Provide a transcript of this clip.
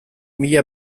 mila